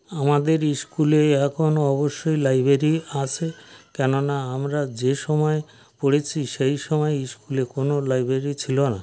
আমাদের স্কুলে এখন অবশ্যই লাইব্রেরি আছে কেননা আমরা যে সময়ে পড়েছি সেই সময়ে স্কুলে কোনও লাইব্রেরি ছিল না